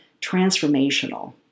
transformational